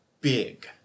big